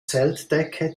zeltdecke